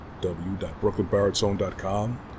www.brooklynbaritone.com